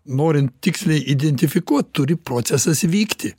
norint tiksliai identifikuot turi procesas vykti